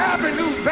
Avenue